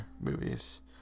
movies